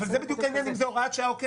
זה בדיוק העניין אם זה הוראת שעה או קבע.